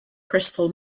crystal